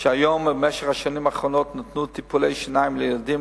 שהיום ובמשך השנים האחרונות נתנו טיפולי שיניים לילדים,